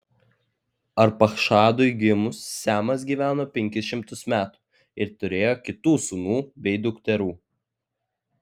arpachšadui gimus semas gyveno penkis šimtus metų ir turėjo kitų sūnų bei dukterų